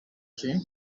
que